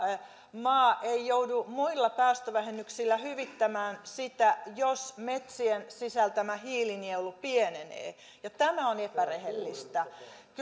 maa ei joudu muilla päästövähennyksillä hyvittämään sitä jos metsien sisältämä hiilinielu pienenee ja tämä on epärehellistä